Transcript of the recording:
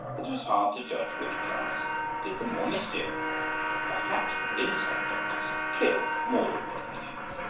it was hard to judge which class did the more mischief, but perhaps the inside doctors killed more of their patients.